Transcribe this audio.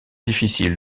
difficile